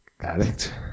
Addict